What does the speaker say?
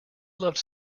loved